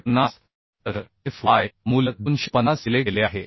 तर f y मूल्य 250 दिले गेले आहे